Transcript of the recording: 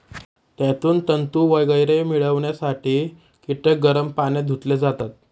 त्यातून तंतू वगैरे मिळवण्यासाठी कीटक गरम पाण्यात धुतले जातात